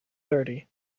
thirty